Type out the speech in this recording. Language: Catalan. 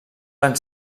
van